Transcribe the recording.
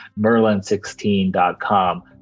Merlin16.com